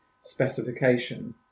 specification